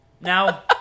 Now